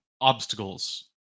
obstacles